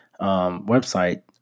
website